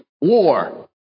war